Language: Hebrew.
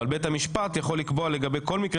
אבל בית המשפט יכול לקבוע לגבי כל מקרה